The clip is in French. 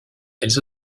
elles